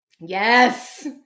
yes